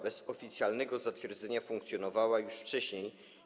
Bez oficjalnego zatwierdzenia funkcjonował on już wcześniej.